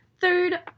Third